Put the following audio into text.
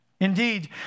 Indeed